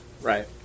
Right